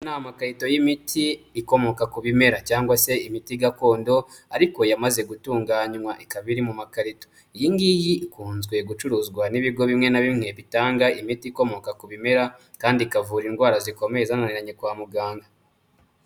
Aya ni amakarito y'imiti ikomoka ku bimera cyangwa se imiti gakondo ariko yamaze gutunganywa ikaba iri mu makarito, iyi ngiyi ikunzwe gucuruzwa n'ibigo bimwe na bimwe bitanga imiti ikomoka ku bimera kandi ikavura indwara zikomeye zananiranye kwa muganga.